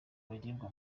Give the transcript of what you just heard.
bagirirwa